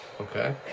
okay